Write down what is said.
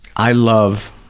i love